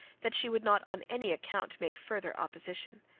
that she would not on any account make farther opposition.